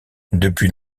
depuis